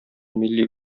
милли